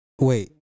Wait